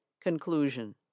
Conclusion